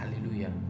hallelujah